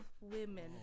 women